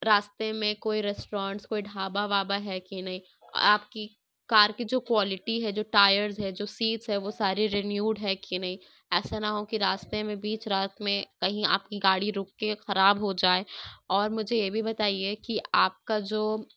راستے میں کوئی ریسٹورانٹس کوئی ڈھابا وابا ہے کہ نہیں آپ کی کار کی جو کوالٹی ہے جو ٹائرز ہیں جو سیٹز ہیں وہ سارے رینیوڈ ہیں کہ نہیں ایسا نہ ہو کہ راستے میں بیچ رات میں کہیں آپ کی گاڑی رک کے خراب ہو جائے اور مجھے یہ بھی بتائیے کہ آپ کا جو